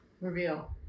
Reveal